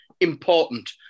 important